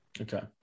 Okay